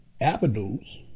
avenues